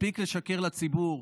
מספיק לשקר לציבור.